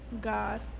God